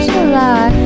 July